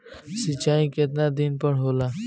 सिंचाई केतना दिन पर होला?